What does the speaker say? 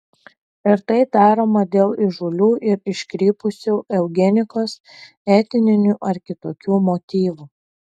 ir tai daroma dėl įžūlių ir iškrypusių eugenikos etninių ar kitokių motyvų